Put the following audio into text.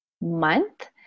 month